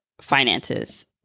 finances